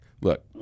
look